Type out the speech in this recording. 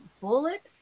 bullet